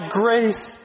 grace